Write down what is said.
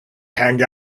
hang